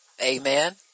amen